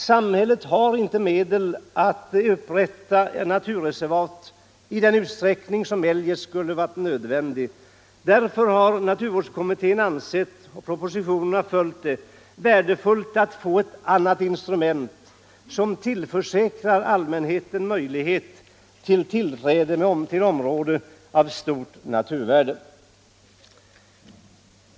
Samhället har inte medel att upprätta naturreservat i den utsträckning som eljest skulle vara nödvändigt. Därför har naturvårdskommittén ansett — och propositionen har följt den uppfattningen — att det är värdefullt att få ett annat instrument som tillförsäkrar allmänheten tillträde till område av stort naturvärde.